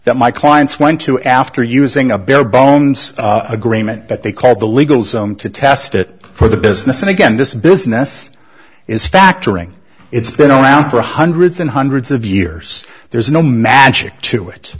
that my clients went to after using a bare bones agreement that they called the legal zone to test it for the business and again this business is factoring it's been around for hundreds and hundreds of years there's no magic to it